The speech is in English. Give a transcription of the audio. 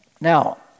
Now